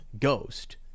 Ghost